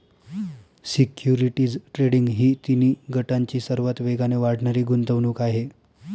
securities trading ही तिन्ही गटांची सर्वात वेगाने वाढणारी गुंतवणूक आहे